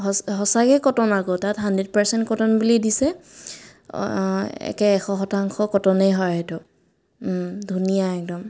সচ সঁচাকে কটন আকৌ তাত হাণ্ডেড পাৰচেণ্ট কটন বুলি দিছে একে এশ শতাংশ কটনেই হয় সেইটো ধুনীয়া একদম